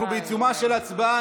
אנחנו בעיצומה של הצבעה,